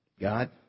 God